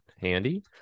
handy